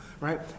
Right